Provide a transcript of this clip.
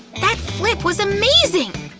that flip was amazing!